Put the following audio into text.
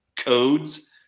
codes